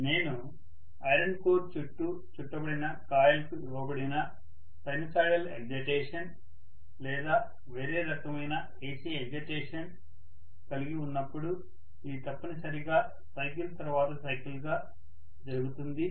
నేను iron core చుట్టూ చుట్టబడిన కాయిల్కు ఇవ్వబడిన సైను సోయిడల్ ఎక్సైటేషన్ లేదా వేరే రకమైన AC ఎక్సైటేషన్ కలిగి ఉన్నప్పుడు ఇది తప్పనిసరిగా సైకిల్ తరువాత సైకిల్ గా జరుగుతుంది